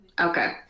Okay